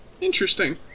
Interesting